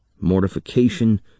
mortification